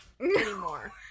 anymore